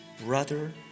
brother